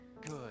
good